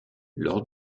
lors